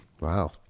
Wow